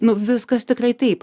nu viskas tikrai taip